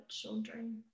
children